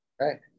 Right